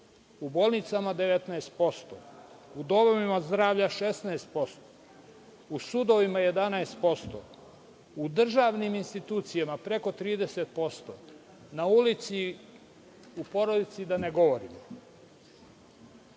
u bolnicama - 19%, u domovima zdravlja 16%, u sudovima 11%, u državnim institucijama preko 30%, na ulici, u porodici da ne govorim.